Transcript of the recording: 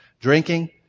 drinking